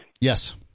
Yes